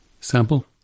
sample